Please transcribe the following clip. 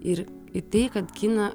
ir į tai kad kiną